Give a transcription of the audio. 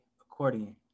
Accordion